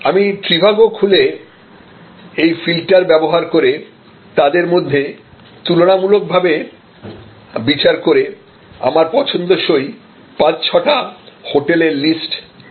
আমি trivago খুলি এবং ফিল্টার ব্যবহার করে তাদের মধ্যে তুলনামূলক ভাবে বিচার করে আমার পছন্দসই পাঁচ ছয়টা হোটেলের লিস্ট বানিয়ে ফেলি